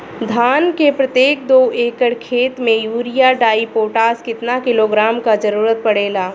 धान के प्रत्येक दो एकड़ खेत मे यूरिया डाईपोटाष कितना किलोग्राम क जरूरत पड़ेला?